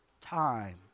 time